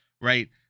right